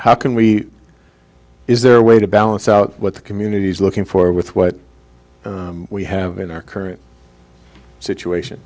how can we is there a way to balance out what the community is looking for with what we have in our current situation